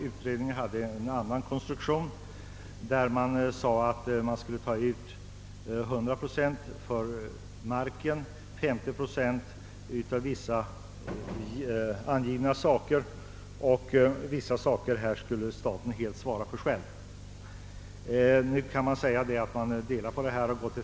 Utredningen hade gjort en annan konstruktion av bidraget. Man föreslog där att kommunen skulle bidraga med 100 procent av kostnaden för marken och med 50 procent av vissa anläggningskostnader, medan staten helt skulle svara för vissa andra kostnader.